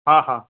हा हा